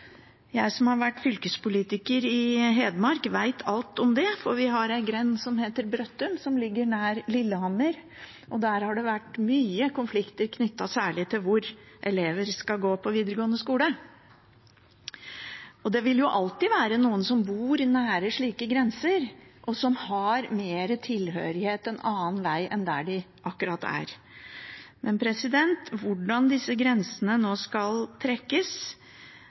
Jeg, som har vært fylkespolitiker i Hedmark, vet alt om det. Vi har en grend som heter Brøttum, som ligger nær Lillehammer, og der har det vært mye konflikter, særlig knyttet til hvor elever skal gå på videregående skole. Det vil alltid være noen som bor nær slike grenser, og som har sterkere tilhørighet en annen vei enn akkurat der de er. Hvordan disse grensene nå skal trekkes,